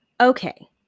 Okay